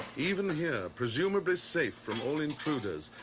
even here, presumably safe from all intruders,